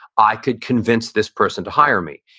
i could convince this person to hire me.